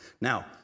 Now